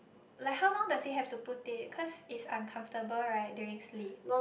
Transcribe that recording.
like how long does he have to put it cause it's uncomfortable right during sleep